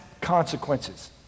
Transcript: consequences